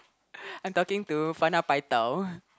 I'm talking to Fana paitao